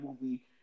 movie